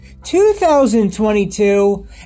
2022